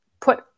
put